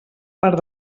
part